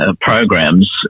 programs